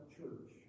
church